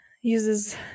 Uses